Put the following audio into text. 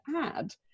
add